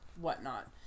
whatnot